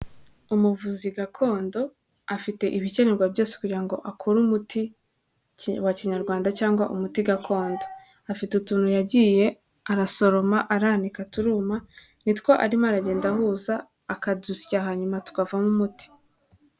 Umuvuzi gakondo afite ibikenerwa byose kugira ngo akore umuti wa kinyarwanda cyangwa umuti gakondo, afite utuntu yagiye arasoroma aranka turuma, nitwo arimo aragenda ahuza akadusya hanyuma tukavamo umuti.